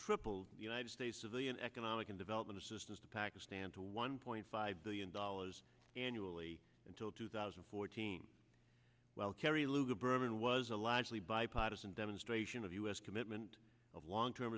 tripled the united states civilian economic and development assistance to pakistan to one point five billion dollars annually until two thousand and fourteen well kerry lugar berman was a largely bipartisan demonstration of u s commitment of long term